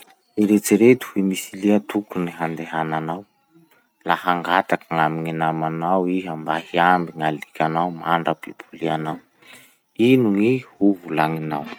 Eritsereto hoe misy lia tokony handehananao, la hangataky gn'amy gny namanao iha mba hiamby gn'alikanao mandra mpipolianao. Ino gny hovolagninao?